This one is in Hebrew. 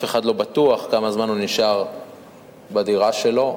אחד לא בטוח כמה זמן הוא נשאר בדירה שלו,